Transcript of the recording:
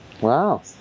Wow